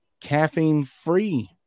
caffeine-free